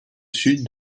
sud